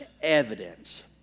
evidence